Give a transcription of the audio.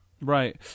Right